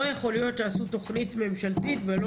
לא יכול להיות שעשו תוכנית ממשלתית ולא